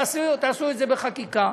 תעשו את זה בחקיקה.